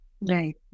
right